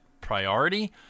priority